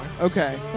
Okay